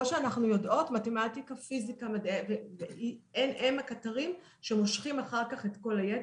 שאנחנו יודעות מתמטיקה ופיזיקה הם הקטרים שמושכים אחר כך את כל היתר.